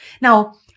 Now